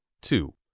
Two